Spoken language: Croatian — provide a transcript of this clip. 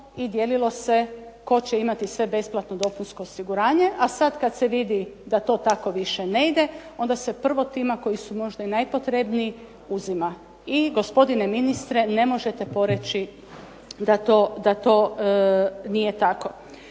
i dijelilo se tko će imati sve besplatno dopunsko osiguranje a sad kad se vidi da to tako više ne ide, onda se prvo tima koji su možda i najpotrebniji uzima i gospodine ministre, ne možete poreći da to nije tako.